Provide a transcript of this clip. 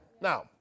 Now